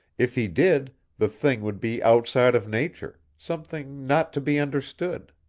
if he did, the thing would be outside of nature, something not to be understood.